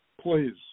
please